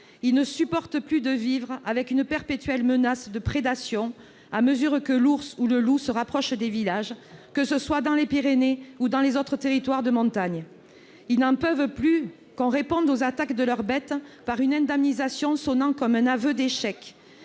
Ils ne supportent plus de vivre sous une perpétuelle menace de prédation, à mesure que l'ours ou le loup se rapprochent des villages, que ce soit dans les Pyrénées ou dans les autres territoires de montagne. Ils n'en peuvent plus qu'on réponde aux attaques que subissent leurs bêtes par une indemnisation qui sonne comme un aveu d'échec.